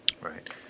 Right